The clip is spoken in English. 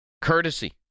Courtesy